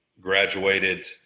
graduated